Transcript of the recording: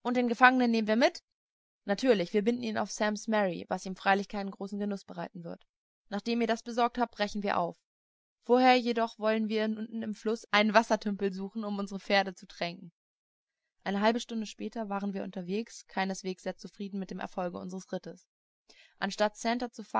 und den gefangenen nehmen wir mit natürlich wir binden ihn auf sams mary was ihm freilich keinen großen genuß bereiten wird nachdem ihr das besorgt habt brechen wir gleich auf vorher jedoch wollen wir unten im flusse einen wassertümpel suchen um unsere pferde zu tränken eine halbe stunde später waren wir unterwegs keineswegs sehr zufrieden mit dem erfolge unseres rittes anstatt santer